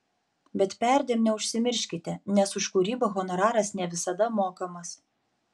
bet perdėm neužsimirškite nes už kūrybą honoraras ne visada mokamas